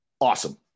awesome